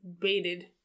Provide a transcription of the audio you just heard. baited